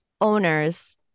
owners